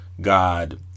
god